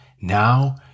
now